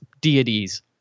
deities